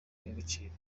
y’agaciro